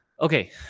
okay